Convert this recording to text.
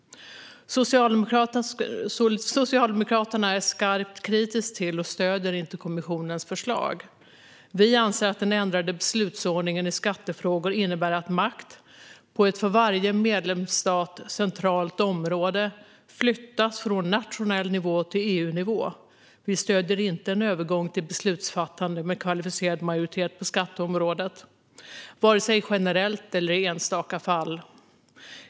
Socialdemokraterna är skarpt kritiska till och stöder inte kommissionens förslag. Vi anser att den ändrade beslutsordningen i skattefrågor innebär att makt på ett för varje medlemsstat centralt område flyttas från nationell nivå till EU-nivå. Vi stöder inte en övergång till beslutsfattande med kvalificerad majoritet på skatteområdet vare sig generellt eller i enstaka fall.